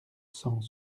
cent